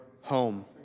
home